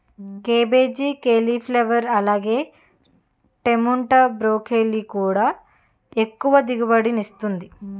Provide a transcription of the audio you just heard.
cabbage, cauliflower లాగే తేముంటే broccoli కూడా ఎక్కువ దిగుబడినిస్తుంది